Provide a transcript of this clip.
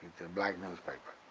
black newspapers.